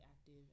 active